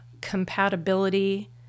compatibility